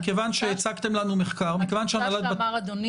מכיוון שהצגתם לנו מחקר --- התפיסה שאמר אדוני,